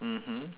mmhmm